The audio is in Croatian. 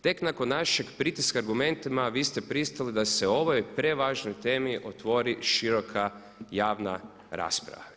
Tek nakon našeg pritiska argumentima vi ste pristali da se o ovoj prevažnoj temi otvori široka javna rasprava.